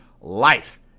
life